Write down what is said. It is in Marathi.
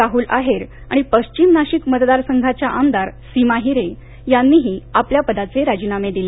राहुल आहेर आणि पश्चिम नाशिक मतदारसंघाच्या आमदार सीमा हिरे यांनीही आपल्या पदाचे राजीनामे दिले